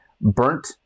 burnt